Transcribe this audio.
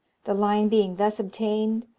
the line being thus obtained,